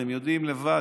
אתם יודעים לבד,